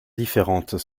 différentes